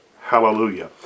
Hallelujah